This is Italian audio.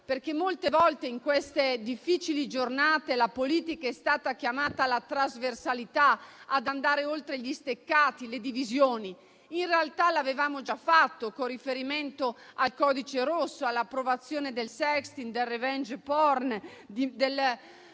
perché molte volte, in queste difficili giornate, la politica è stata chiamata alla trasversalità, ad andare oltre gli steccati le divisioni. In realtà l'avevamo già fatto con riferimento al "codice rosso", all'approvazione dei reati di *sexting*, di *revenge porn* e